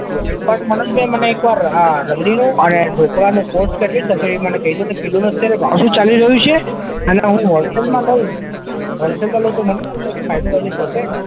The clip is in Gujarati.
ઓકે પણ મનોજભૈ મને એકવાર આ રબડીનું અને ઢોકળાનું કૉસ્ટ કેટલું થશે એ મને કહી દો ને કિલોનો અત્યારે ભાવ શું ચાલી રહ્યો છે અને હું હોલસૅલમાં લઉં હોલસૅલ લઉં તો મને કોઇ સાહેબ ફાયદો બાયદો થશે